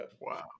Wow